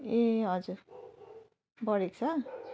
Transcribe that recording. ए हजुर बढेको छ